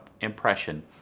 impression